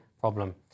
problem